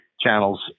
channels